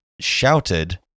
shouted